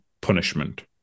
punishment